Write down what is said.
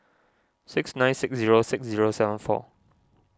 six nine six zero six zero seven four